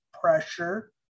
pressure